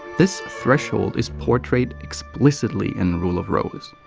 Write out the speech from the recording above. this threshold is portrayed explicitly in rule of rose.